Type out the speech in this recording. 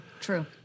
True